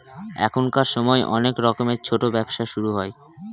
এখনকার সময় অনেক রকমের ছোটো ব্যবসা শুরু হয়